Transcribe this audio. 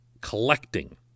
collecting